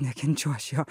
nekenčiu aš jo